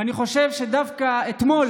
ואני חושב שדווקא אתמול,